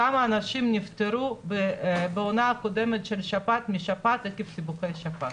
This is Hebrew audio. כמה אנשים נפטרו בעונה הקודמת משפעת עקב סיבוכי שפעת?